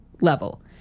level